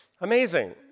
amazing